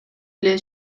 эле